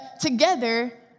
together